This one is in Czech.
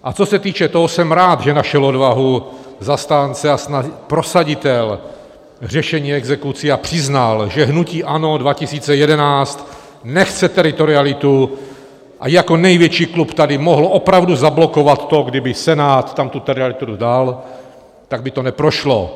A co se týče toho, jsem rád, že našel odvahu zastánce a prosaditel řešení exekucí a přiznal, že hnutí ANO 2011 nechce teritorialitu, a jako největší klub tady mohl opravdu zablokovat to, kdyby Senát tam tu teritorialitu dal tak by to neprošlo.